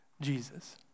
Jesus